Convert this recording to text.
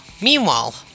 meanwhile